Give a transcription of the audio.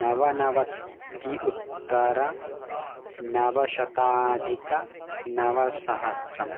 नवनवतिः उत्तरनवशताधिकनवसहस्रं